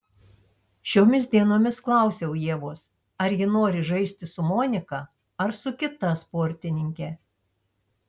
šiomis dienomis klausiau ievos ar ji nori žaisti su monika ar su kita sportininke